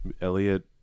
Elliot